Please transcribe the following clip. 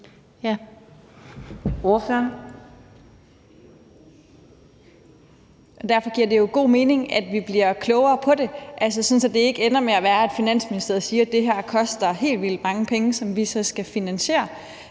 Derfor giver det jo god mening, at vi bliver klogere på det, altså sådan at det ikke ender med at være sådan, at Finansministeriet siger: Det her koster helt vildt mange penge, som vi så skal finansiere.